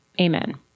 Amen